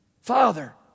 Father